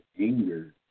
anger